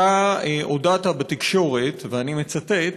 אתה הודעת בתקשורת, ואני מצטט: